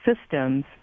systems